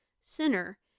sinner